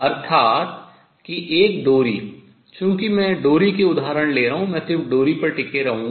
अर्थात कि एक डोरी चूंकि मैं डोरी के उदाहरण ले रहा हूँ मैं सिर्फ डोरी पर टिके रहूँगा